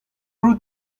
out